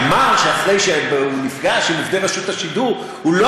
מי שאמר שאחרי שהוא נפגש עם עובדי רשות השידור הוא לא